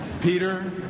Peter